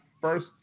first